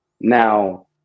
Now